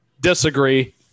Disagree